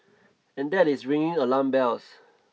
and that is ringing alarm bells